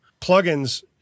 plugins